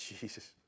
Jesus